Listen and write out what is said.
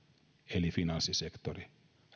eli finanssisektori